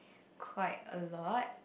quite a lot